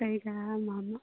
ꯀꯩꯀꯥ ꯑꯃ ꯑꯃ